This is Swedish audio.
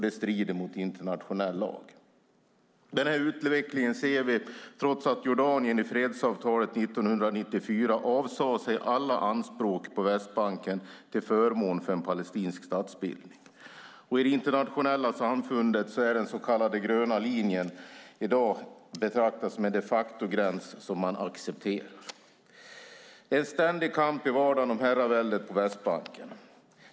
Det strider mot internationell lag. Vi ser den utvecklingen trots att Jordanien i fredsavtalet 1994 avsade sig alla anspråk på Västbanken till förmån för en palestinsk statsbildning. I det internationella samfundet är den så kallade gröna linjen i dag att betrakta som en de facto-gräns som man accepterar. Det är en ständig kamp i vardagen om herraväldet på Västbanken.